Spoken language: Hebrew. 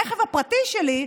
הרכב הפרטי שלי,